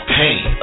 pain